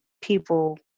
people